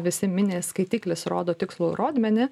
visi miniskaitiklis rodo tikslų rodmenį